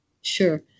Sure